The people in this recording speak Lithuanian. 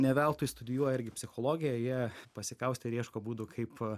ne veltui studijuoja irgi psichologiją jie pasikaustę ieško būdų kaip